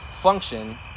function